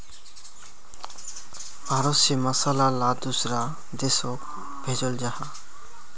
भारत से मसाला ला दुसरा देशोक भेजल जहा